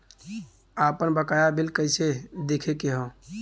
आपन बकाया बिल कइसे देखे के हौ?